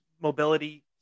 mobility